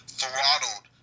throttled